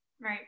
right